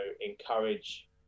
encourage